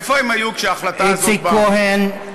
איציק כהן.